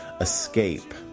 Escape